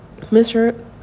Mr